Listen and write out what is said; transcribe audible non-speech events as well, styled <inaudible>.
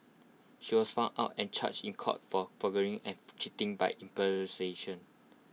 she was found out and charged in court for forgery and <hesitation> cheating by impersonation